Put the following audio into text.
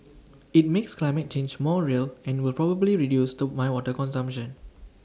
IT makes climate change more real and will probably reduce to my water consumption